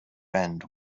end